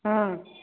हँ